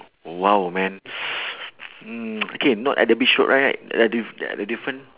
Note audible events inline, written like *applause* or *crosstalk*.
!wow! man *noise* mm okay not at the beach road right at the ya at the different